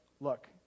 look